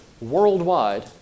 worldwide